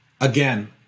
Again